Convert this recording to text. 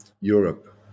Europe